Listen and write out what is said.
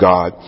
God